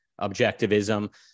objectivism